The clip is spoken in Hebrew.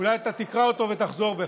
אולי אתה תקרא אותו ותחזור בך.